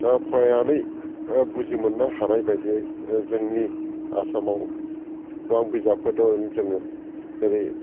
फरायनानै बुजिमोननो हानायबायदियै जोंनि आसामाव गोबां बिजाबफोर दङ जेरै